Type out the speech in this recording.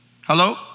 Hello